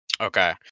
Okay